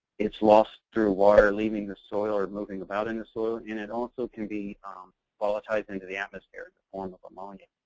it's lost through water leaving the soil or moving about in the soil. it also can be volatized into the atmosphere, in the form of ammonia.